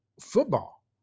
football